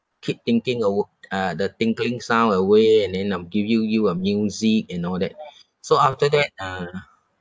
keep thinking uh the tinkling sound away and then um give you you a music and all that so after that uh